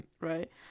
right